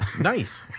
nice